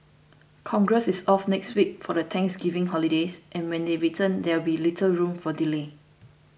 congress is off next week for the Thanksgiving holidays and when they return there will be little room for delay